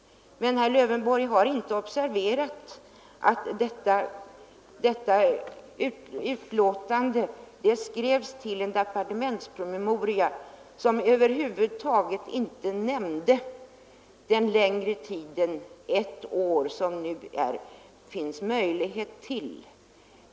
Men herr Lövenborg har inte observerat att kriminalvårdsnämndens utlåtande skrevs till en departementspromemoria, i vilken den längre tiden på ett år med uppskov av straffverkställighet över huvud taget inte nämns.